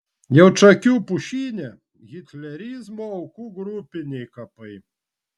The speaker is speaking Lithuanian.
jaučakių pušyne hitlerizmo aukų grupiniai kapai